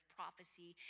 prophecy